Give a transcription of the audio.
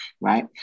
right